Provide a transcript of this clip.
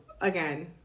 again